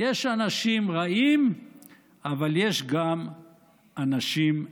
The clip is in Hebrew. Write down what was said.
יש אנשים רעים אבל יש גם אנשים טובים.